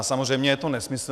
Samozřejmě je to nesmysl.